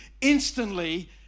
Instantly